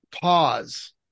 pause